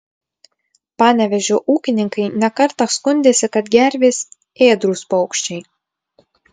panevėžio ūkininkai ne kartą skundėsi kad gervės ėdrūs paukščiai